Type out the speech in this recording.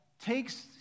takes